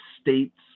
States